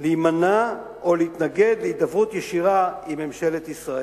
להימנע או להתנגד להידברות ישירה עם ממשלת ישראל.